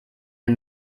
der